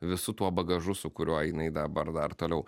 visu tuo bagažu su kuriuo jinai dabar dar toliau